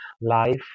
life